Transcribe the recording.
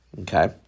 okay